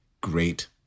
great